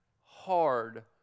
hard